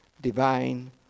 divine